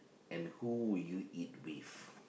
and who would you eat with